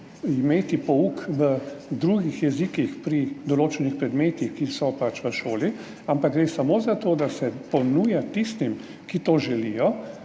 imeti pouk v drugih jezikih pri določenih predmetih, ki so pač v šoli, ampak gre samo za to, da se ponudi tistim, ki to želijo,